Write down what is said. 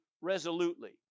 resolutely